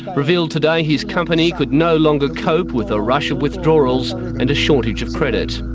revealed today his company could no longer cope with a rush of withdrawals and a shortage of credit.